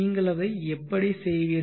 நீங்கள் அதை எப்படி செய்வீர்கள்